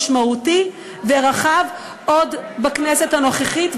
משמעותי ורחב עוד בכנסת הנוכחית,